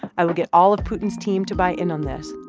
i will get all of putin's team to buy in on this.